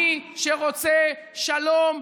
מי שרוצה שלום,